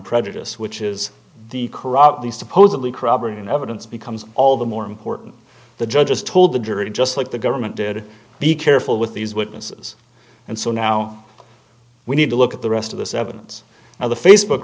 prejudice which is the corrupt these supposedly corroborating evidence becomes all the more important the judges told the jury just like the government did be careful with these witnesses and so now we need to look at the rest of this evidence or the facebook